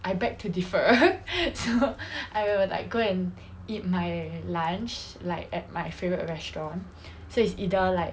I beg to differ so I will like go and eat my lunch like at my favourite restaurant so it's either like